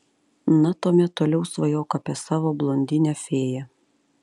na tuomet toliau svajok apie savo blondinę fėją